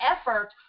effort